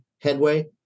headway